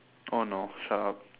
oh no shut up